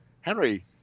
Henry